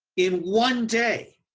in one day,